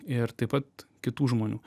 ir taip pat kitų žmonių